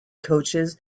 coaches